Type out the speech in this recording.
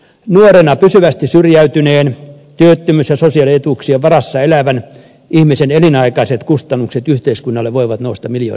nuorena pysyvästi syrjäytyneen työttömyys ja sosiaalietuuksien varassa elävän ihmisen elinaikaiset kustannukset yhteiskunnalle voivat nousta miljoonaan euroon